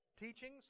teachings